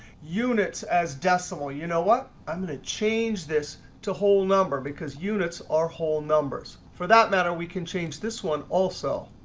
units as decimal, you know what? i'm going to change this to whole number, because units are whole numbers. for that matter, we can change this one also,